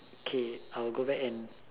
okay I'll go back and